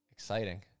Exciting